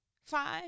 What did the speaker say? five